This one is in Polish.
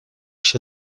się